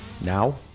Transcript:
Now